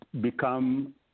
become